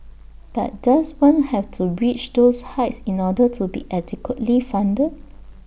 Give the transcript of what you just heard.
but does one have to reach those heights in order to be adequately funded